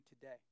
today